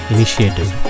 Initiative